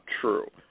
true